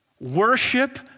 worship